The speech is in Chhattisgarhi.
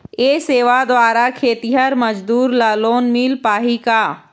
ये सेवा द्वारा खेतीहर मजदूर ला लोन मिल पाही का?